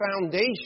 foundation